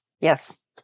yes